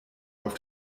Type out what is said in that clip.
auf